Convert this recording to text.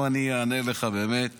אני גם אענה לך באמת